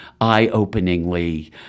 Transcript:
eye-openingly